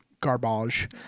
garbage